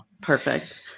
perfect